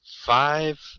five